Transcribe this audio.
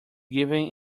given